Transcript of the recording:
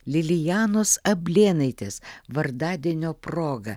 lilijanos ablėnaitės vardadienio proga